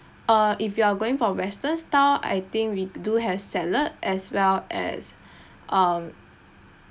uh if you are going for western style I think we do has salad as well as um